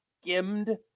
skimmed